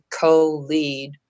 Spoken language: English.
co-lead